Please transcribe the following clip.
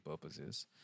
purposes